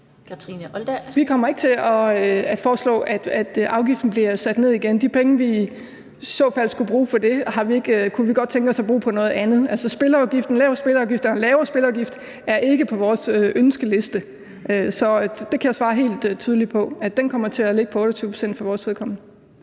Vi kommer ikke til at foreslå, at afgiften bliver sat ned igen. De penge, vi i så fald skulle bruge til det, kunne vi godt tænke os at bruge på noget andet. Altså, en lavere spilleafgift er ikke på vores ønskeliste, så der kan jeg svare helt tydeligt på, at den kommer til at ligge på 28 pct. for vores vedkommende.